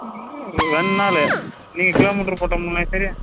ரெண்டு நாள் நீங்கள் கிலோமீட்ரு போட்டோமுன்னா சரி